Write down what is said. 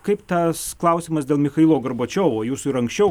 kaip tas klausimas dėl michailo gorbačiovo jūsų ir anksčiau